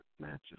matches